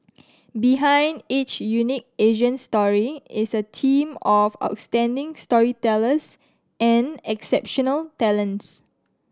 behind each unique Asian story is a team of outstanding storytellers and exceptional talents